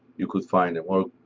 you could find them all.